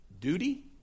Duty